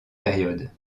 période